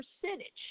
percentage